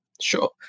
sure